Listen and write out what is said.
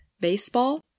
Baseball